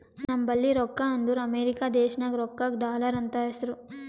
ನಂಬಲ್ಲಿ ರೊಕ್ಕಾ ಅಂದುರ್ ಅಮೆರಿಕಾ ದೇಶನಾಗ್ ರೊಕ್ಕಾಗ ಡಾಲರ್ ಅಂತ್ ಹೆಸ್ರು